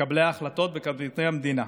מקבלי ההחלטות וקברניטי המדינה.